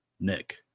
Nick